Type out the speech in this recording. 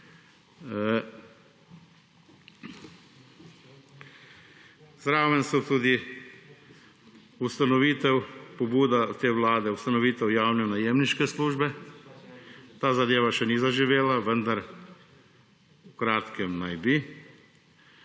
Zraven je pobuda te vlade za ustanovitev javne najemniške službe, ta zadeva še ni zaživela, vendar v kratkem naj bi.